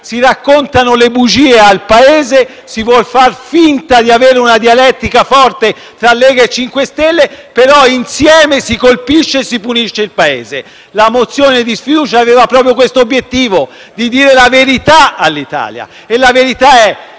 Si raccontano le bugie al Paese e si vuol far finta di avere una dialettica forte tra Lega e MoVimento 5 Stelle, però, insieme, si colpisce e punisce il Paese. La mozione di sfiducia presentata ha proprio questo obiettivo, ossia di dire la verità all'Italia. E la verità è